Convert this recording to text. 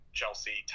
Chelsea